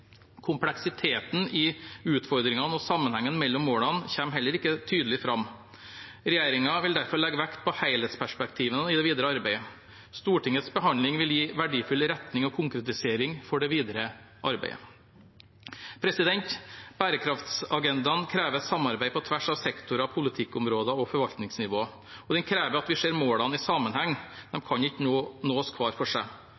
Kompleksiteten i utfordringene og sammenhengen mellom målene kommer heller ikke tydelig fram. Regjeringen vil derfor legge vekt på helhetsperspektivene i det videre arbeidet. Stortingets behandling vil gi verdifull retning og konkretisering for det videre arbeidet. Bærekraftsagendaen krever samarbeid på tvers av sektorer, politikkområder og forvaltningsnivåer, og den krever at vi ser målene i sammenheng – de kan ikke nås hver for seg.